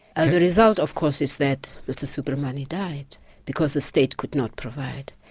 and the result of course is that mr soobramoney died because the state could not provide.